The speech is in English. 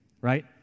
right